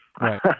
Right